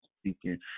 speaking